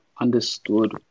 understood